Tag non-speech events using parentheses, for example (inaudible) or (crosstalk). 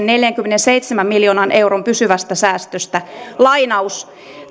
(unintelligible) neljänkymmenenseitsemän miljoonan euron pysyvästä säästöstä